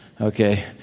okay